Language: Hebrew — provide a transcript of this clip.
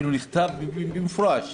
אפילו נכתב במפורש: